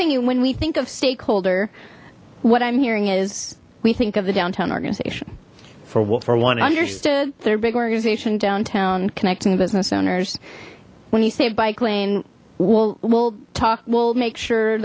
thinking when we think of stakeholder what i'm hearing is we think of the downtown organization for what for one it understood their big organization downtown connecting the business owners when you say bike lane well we'll talk we'll make sure